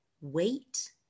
wait